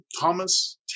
Thomas